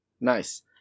Nice